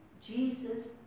Jesus